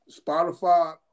Spotify